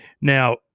Now